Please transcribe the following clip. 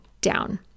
down